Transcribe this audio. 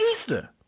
Easter